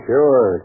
Sure